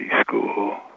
school